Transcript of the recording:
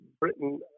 Britain